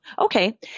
Okay